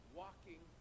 walking